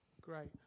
Great